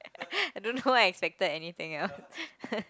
I don't know why I expected anything else